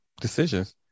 Decisions